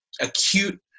acute